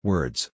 Words